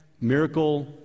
miracle